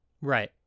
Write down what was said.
Right